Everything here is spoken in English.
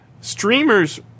streamers